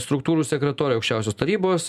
struktūrų sekretorių aukščiausios tarybos